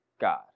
God